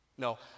No